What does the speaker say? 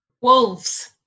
Wolves